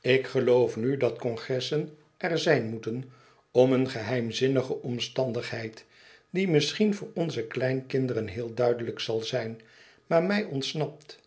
ik geloof nu dat congressen er zijn moeten om een geheimzinnige omstandigheid die misschien voor onze kleinkinderen heel duidelijk zal zijn maar mij ontsnapt